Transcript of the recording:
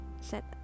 set